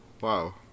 Wow